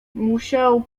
musiał